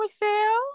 Michelle